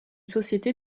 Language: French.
société